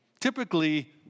typically